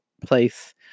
place